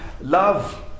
love